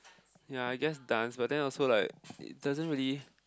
ya I guess dance but then also like it doesn't really